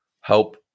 help